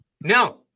No